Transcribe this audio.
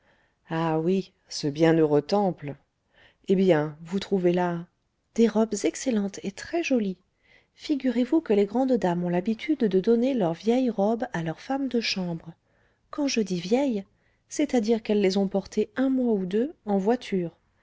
ah oui ce bienheureux temple eh bien vous trouvez là des robes excellentes et très-jolies figurez-vous que les grandes dames ont l'habitude de donner leurs vieilles robes à leurs femmes de chambre quand je dis vieilles c'est-à-dire qu'elles les ont portées un mois ou deux en voiture